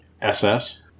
SS